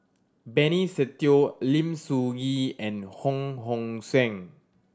Benny Se Teo Lim Soo Ngee and Hong Hong Suen